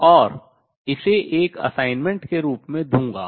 और इसे एक assignment के रूप में दूंगा